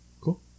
Cool